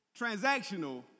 transactional